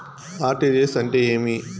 RTGS అంటే ఏమి?